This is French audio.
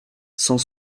cent